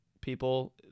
people